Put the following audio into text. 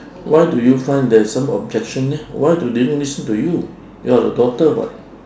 why do you find there is some objection eh why do they don't listen to you you're the daughter [what]